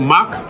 Mark